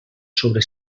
sobre